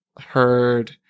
heard